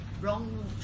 Wrong